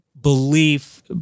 belief